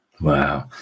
Wow